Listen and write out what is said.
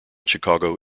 chicago